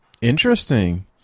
interesting